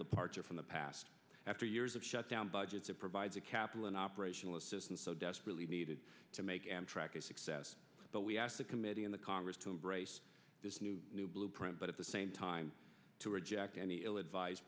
departure from the past after years of shutdown budgets it provides a capital an operational assistance so desperately needed to make amtrak a success but we asked the committee and the congress to embrace this new new blueprint but at the same time to reject any ill advised